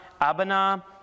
Abana